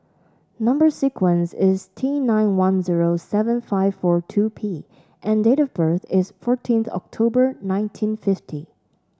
number sequence is T nine one zero seven five four two P and date of birth is fourteenth October nineteen fifty